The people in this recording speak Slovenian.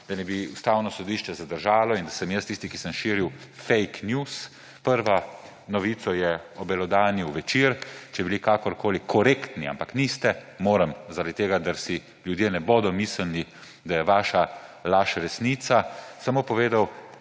da naj bi Ustavno sodišče zadržalo in da sem jaz tisti, ki sem širil fejk njus. Prvo novico je obelodanil Večer, če bi bili kakorkoli korektni, ampak niste. To moram reči zaradi tega, da si ljudje ne bodo mislili, da je vaša laž resnica – ni šlo